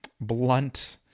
blunt